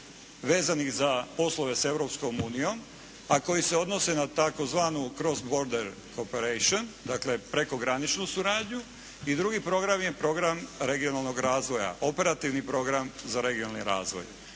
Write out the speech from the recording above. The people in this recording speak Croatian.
vezanih za poslove s Europskom unijom, a koji se odnose na tzv. cross-border cooperation, dakle prekograničnu suradnju i drugi program je program regionalnog razvoja, operativni program za regionalni razvoj.